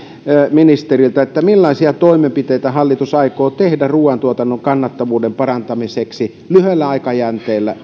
ministeriltä millaisia toimenpiteitä hallitus aikoo tehdä ruuantuotannon kannattavuuden parantamiseksi erityisesti lyhyellä aikajänteellä